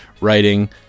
writing